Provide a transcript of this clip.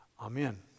amen